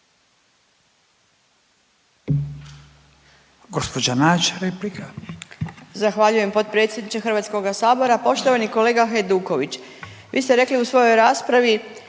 (Socijaldemokrati)** Zahvaljujem potpredsjedniče Hrvatskoga sabora. Poštovani kolega Hajduković vi ste rekli u svojoj raspravi